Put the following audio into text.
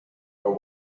are